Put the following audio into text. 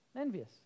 Envious